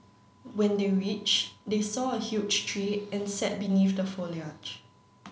when they reached they saw a huge tree and sat beneath the foliage